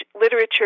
literature